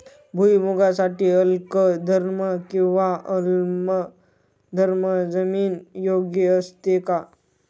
भुईमूगासाठी अल्कधर्मी किंवा आम्लधर्मी जमीन योग्य असते का?